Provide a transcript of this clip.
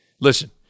listen